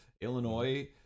Illinois